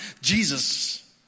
Jesus